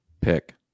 Pick